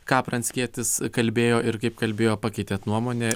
ką pranckietis kalbėjo ir kaip kalbėjo pakeitėt nuomonę